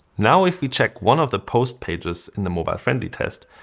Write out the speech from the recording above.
now if we check one of the post pages in the mobile friendly test,